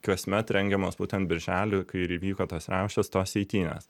kasmet rengiamos būtent birželį kai ir įvyko tos riaušės tos eitynės